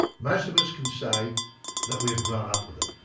most of us can say that we have grown up with it.